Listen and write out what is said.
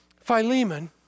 Philemon